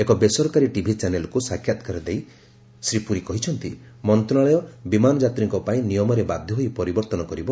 ଏକ ବେସରକାରୀ ଟିଭି ଚ୍ୟାନେଲ୍କୁ ସାକ୍ଷାତକାର ଦେଇ ଶ୍ରୀ ପୁରୀ କହିଛନ୍ତି ମନ୍ତ୍ରଶାଳୟ ବିମାନ ଯାତ୍ରୀଙ୍କ ପାଇଁ ନିୟମରେ ବାଧ୍ୟ ହୋଇ ପରିବର୍ତ୍ତନ କରିବ